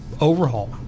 overhaul